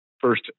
first